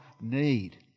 need